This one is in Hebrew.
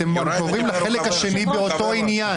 אתם מדברים בחלק השני באותו עניין.